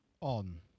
on